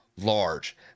large